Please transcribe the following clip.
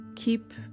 keep